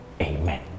Amen